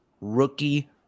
rookie